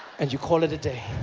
and you call it a day.